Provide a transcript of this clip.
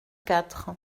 quatre